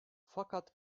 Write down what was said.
fakat